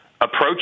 approach